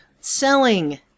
selling